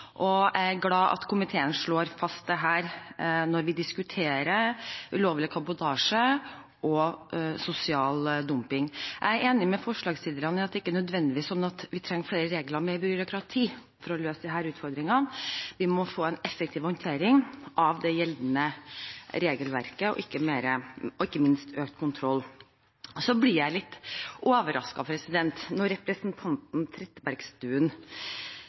og jeg er glad for at komiteen slår fast dette når vi diskuterer ulovlig kabotasje og sosial dumping. Jeg er enig med forslagsstillerne i at det ikke nødvendigvis er sånn at vi trenger flere regler og mer byråkrati for å løse disse utfordringene. Vi må få en effektiv håndtering av det gjeldende regelverket og ikke minst økt kontroll. Jeg blir litt overrasket når representanten